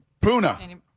Puna